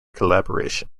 collaboration